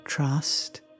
Trust